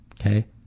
Okay